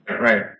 Right